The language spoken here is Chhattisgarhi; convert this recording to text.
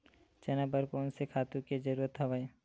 चना बर कोन से खातु के जरूरत हवय?